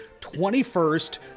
21st